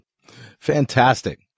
Fantastic